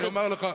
אני אומר לך,